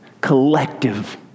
Collective